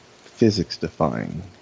physics-defying